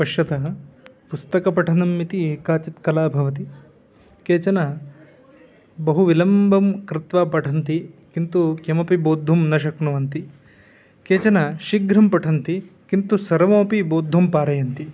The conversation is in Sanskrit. पश्यतां पुस्तकपठनम् इति काचित् कला भवति केचन बहु विलम्बं कृत्वा पठन्ति किन्तु किमपि बोद्धुं न शक्नुवन्ति केचन शीघ्रं पठन्ति किन्तु सर्वमपि बोद्धुं पारयन्ति